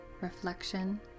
reflection